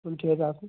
হুম ঠিক আছে আসুন